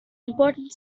important